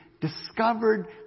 discovered